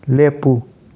ꯂꯦꯞꯄꯨ